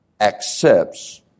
accepts